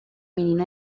menino